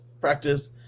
practice